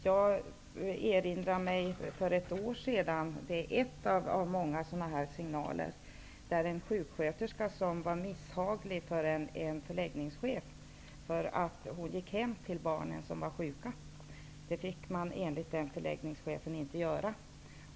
Jag erinrar mig ett fall för ett år sedan, där en sjuksköterska var misshaglig för en förläggnings chef, därför att hon gick hem till barnen som var sjuka. Det fick man enligt den förläggningschefen inte göra.